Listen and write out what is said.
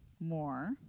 More